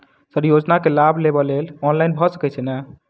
Sir योजना केँ लाभ लेबऽ लेल ऑनलाइन भऽ सकै छै नै?